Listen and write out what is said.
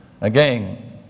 Again